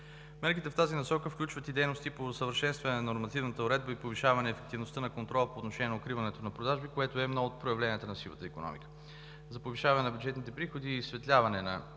Мерките в тази насока включват и дейности по усъвършенстване на нормативната уредба и повишаване на ефективността на контрола по отношение на укриването на продажби, което е едно от проявленията на сивата икономика. За повишаване на бюджетните приходи и изсветляване на